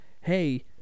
hey